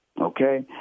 okay